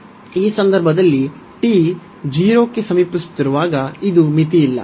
ಈ ಸಂದರ್ಭದಲ್ಲಿ t 0 ಕ್ಕೆ ಸಮೀಪಿಸುತ್ತಿರುವಾಗ ಇದು ಮಿತಿಯಿಲ್ಲ